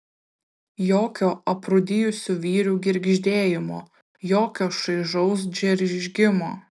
jokio aprūdijusių vyrių girgždėjimo jokio šaižaus džeržgimo